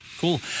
Cool